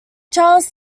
charles